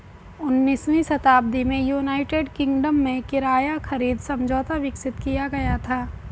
उन्नीसवीं शताब्दी में यूनाइटेड किंगडम में किराया खरीद समझौता विकसित किया गया था